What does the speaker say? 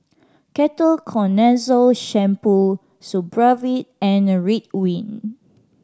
Ketoconazole Shampoo Supravit and Ridwind